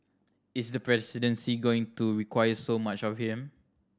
is the presidency going to require so much of him